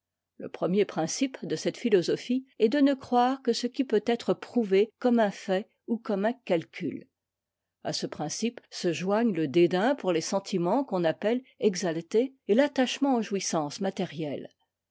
le premier principe de cette philosophie est de ne croirè que ce qui peut être prouvé comme un fait ou comme un calcul à ce principe se joignent le dédain pour les sentiments qu'on appelle exaltés et l'attachement aux jouissances matérielles